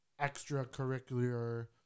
extracurricular